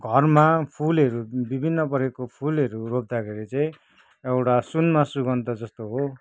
घरमा फुलहरू विभिन्न परेको फुलहरू रोप्दाखेरि चाहिँ एउटा सुनमा सुगन्ध जस्तो हो